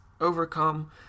overcome